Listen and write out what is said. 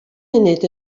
munud